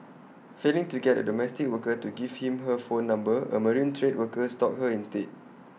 failing to get A domestic worker to give him her phone number A marine trade worker stalked her instead